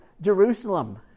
Jerusalem